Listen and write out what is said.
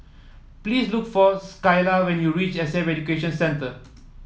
please look for Skyla when you reach S A Education Centre